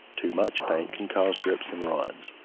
too much paint can cause drips and runs.